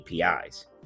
APIs